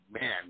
man